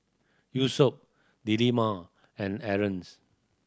Yusuf Delima and Aarons